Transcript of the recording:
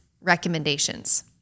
recommendations